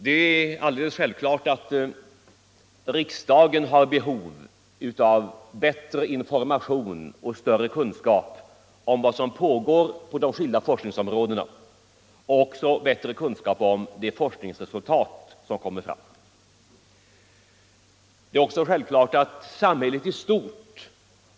Det är alldeles självklart att riksdagen har behov av bättre information och större kunskap om vad som pågår på de skilda forskningsområdena och även bättre kunskap om de forskningsresultat som kommer fram. Det gäller självklart också samhället i stort.